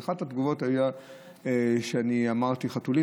אחת התגובות הייתה שאני אמרתי "חתולים"